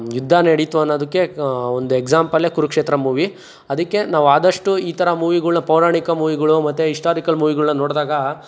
ಯುದ್ಧ ನಡೀತು ಅನ್ನೋದಕ್ಕೆ ಒಂದು ಎಕ್ಸಾಂಪಲ್ಲೇ ಕುರುಕ್ಷೇತ್ರ ಮೂವಿ ಅದಕ್ಕೆ ನಾವು ಆದಷ್ಟು ಈ ಥರ ಮೂವಿಗಳ್ನ ಪೌರಾಣಿಕ ಮೂವಿಗಳು ಮತ್ತು ಇಸ್ಟಾರಿಕಲ್ ಮೂವಿಗಳ್ನ ನೋಡ್ದಾಗ